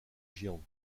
giants